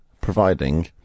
providing